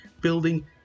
building